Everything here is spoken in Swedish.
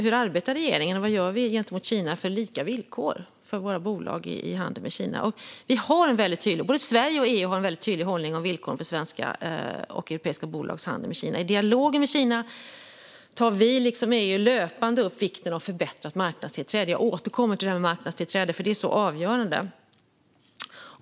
Hur arbetar regeringen, och vad gör vi för att uppnå lika villkor för våra bolag i handeln med Kina? Både Sverige och EU har en tydlig hållning om villkoren för svenska och europeiska bolags handel med Kina. I dialogen med Kina tar vi liksom EU löpande upp vikten av förbättrat marknadstillträde. Jag återkommer till det eftersom marknadstillträde är avgörande.